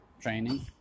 training